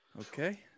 Okay